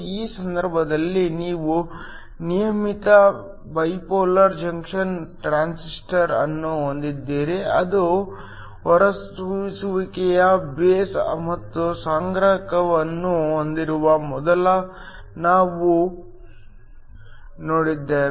ಈ ಸಂದರ್ಭದಲ್ಲಿ ನೀವು ನಿಯಮಿತ ಬೈಪೋಲಾರ್ ಜಂಕ್ಷನ್ ಟ್ರಾನ್ಸಿಸ್ಟರ್ ಅನ್ನು ಹೊಂದಿದ್ದೀರಿ ಅದು ಹೊರಸೂಸುವಿಕೆಯ ಬೇಸ್ ಮತ್ತು ಸಂಗ್ರಾಹಕವನ್ನು ಹೊಂದುವ ಮೊದಲು ನಾವು ನೋಡಿದ್ದೇವೆ